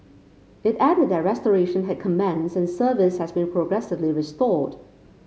it added that restoration had commenced and service has been progressively restored